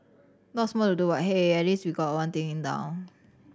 lots more to do but hey at least we've got one thing in down